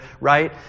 right